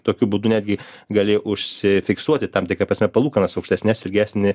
tokiu būdu netgi gali užsifiksuoti tam tikra prasme palūkanas aukštesnes ilgesnį